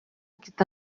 y’imyaka